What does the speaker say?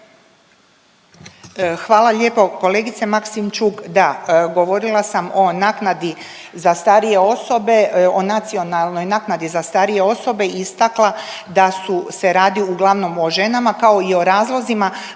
Hvala lijepo. Kolegice Maksimčuk da, govorila sam o naknadi za starije osobe, o nacionalnoj naknadi za starije osobe i istakla da su se radi uglavnom o ženama kao i o razlozima